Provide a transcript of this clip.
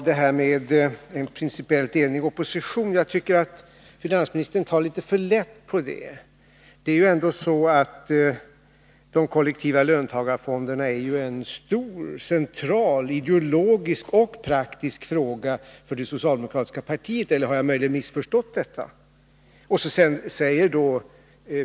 Fru talman! Jag tycker att finansministern tar litet för lätt på detta med en principiellt enig opposition. De kollektiva löntagarfonderna är ju ändå en stor central, ideologisk och praktisk fråga för det socialdemokratiska partiet. Eller har jag möjligen missförstått det?